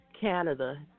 canada